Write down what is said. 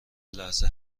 لحظه